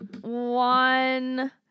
one